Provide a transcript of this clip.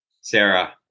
Sarah